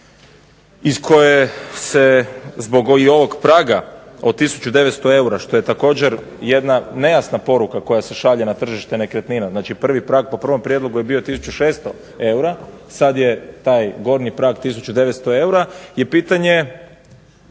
iz koje se zbog ovog praga od tisuću 900 eura što je također jedna nejasna poruka koja se šalje na tržište nekretnina, znači prvi prag po prvom prijedlogu je bio tisuću 600 eura, sada je taj gornji prag tisuću 900 eura je pitanje